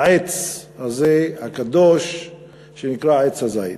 לעץ הקדוש הזה שנקרא עץ הזית.